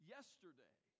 Yesterday